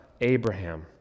Abraham